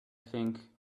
think